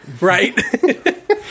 right